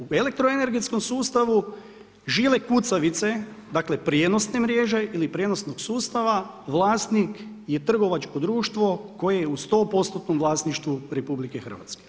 U elektroenergetskom sustavu, žive kucavice, dakle, prijenosne mreže ili prijenosnog sustava, vlasnik je trgovačko društvo, koje je u 100% vlasništvu RH.